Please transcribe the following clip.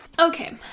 Okay